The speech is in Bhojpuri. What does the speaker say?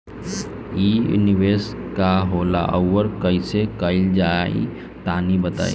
इ निवेस का होला अउर कइसे कइल जाई तनि बताईं?